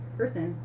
person